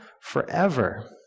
forever